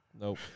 Nope